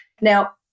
Now